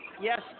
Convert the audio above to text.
yes